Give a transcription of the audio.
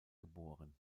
geboren